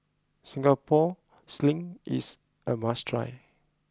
Singapore Sling is a must try